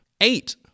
Eight